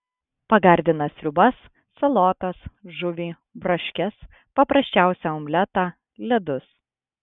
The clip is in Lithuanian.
pagardina sriubas salotas žuvį braškes paprasčiausią omletą ledus